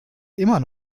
immer